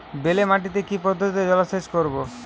বেলে মাটিতে কি পদ্ধতিতে জলসেচ করব?